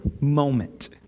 moment